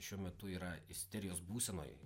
šiuo metu yra isterijos būsenoj